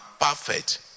perfect